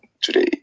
today